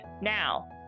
Now